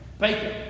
Bacon